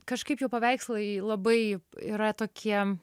kažkaip jo paveikslai labai yra tokie